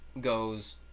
goes